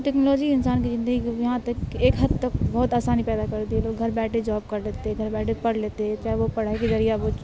technology انسان کی زندگی وہ یہاں تک ایک حد تک بہت آسانی پیدا کر دیتی ہے لوگ گھر بیٹھے جاب کر لیتے گھر بیٹھے پڑھ لیتے ہیں چاہے وہ پڑھائی کے ذریعہ وہ